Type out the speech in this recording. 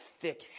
thick